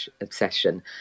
obsession